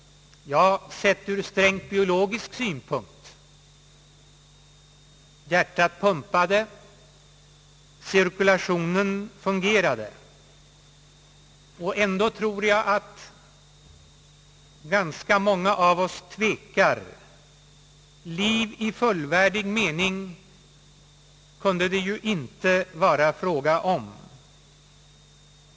Ja, sett ur strängt biologisk synpunkt. Hjärtat pumpade, cirkulationen fungerade. Ändå tror jag att ganska många av oss tvekar. Liv i fullvärdig mening kunde det ju inte vara fråga om.